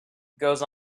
goes